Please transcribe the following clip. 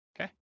Okay